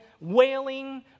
wailing